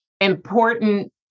important